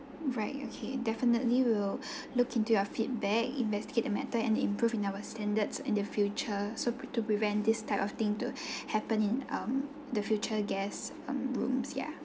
right okay definitely we'll look into your feedback investigate the matter and improve in our standards in the future so pre~ to prevent this type of thing to happen in um the future guest um rooms ya